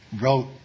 wrote